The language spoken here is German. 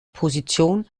position